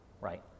right